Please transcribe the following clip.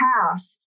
past